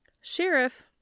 Sheriff